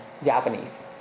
Japanese